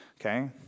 Okay